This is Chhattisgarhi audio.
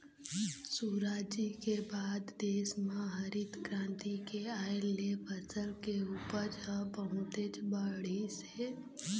सुराजी के बाद देश म हरित करांति के आए ले फसल के उपज ह बहुतेच बाढ़िस हे